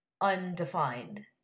undefined